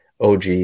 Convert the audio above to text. OG